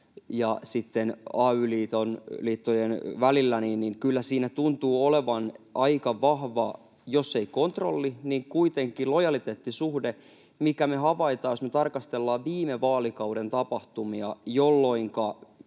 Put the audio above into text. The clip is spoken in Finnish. ja sitten ay-liittojen välillä kyllä tuntuu olevan aika vahva suhde — jos ei kontrolli, niin kuitenkin lojaliteettisuhde — mikä me havaitaan, jos me tarkastellaan viime vaalikauden tapahtumia, jolloinka